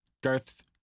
Garth